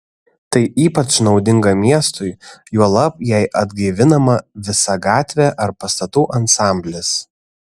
tai ypač naudinga miestui juolab jei atgaivinama visa gatvė ar pastatų ansamblis